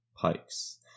Pike's